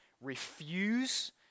Refuse